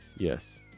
Yes